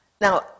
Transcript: Now